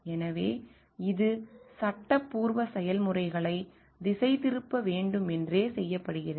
எனவே இது சட்டப்பூர்வ செயல்முறைகளை திசைதிருப்ப வேண்டுமென்றே செய்யப்படுகிறது